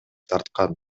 тарткан